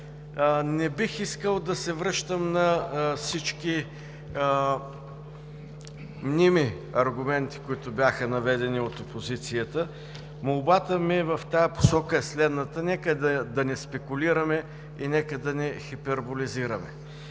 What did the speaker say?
Не бих искал да се връщам на всички мними аргументи, които бяха наведени от опозицията. Молбата ми в тази посока е следната: нека да не спекулираме и нека да не хиперболизираме!